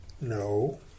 No